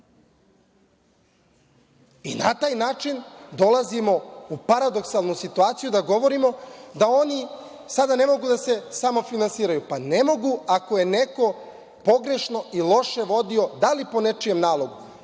i na taj način dolazimo u paradoksalnu situaciju da govorimo da oni sada ne mogu da se samofinansiraju. Ne mogu ako je neko pogrešno i loše vodio, da li po nečijem nalogu,